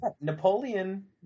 Napoleon